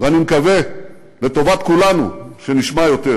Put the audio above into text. ואני מקווה לטובת כולנו שנשמע יותר,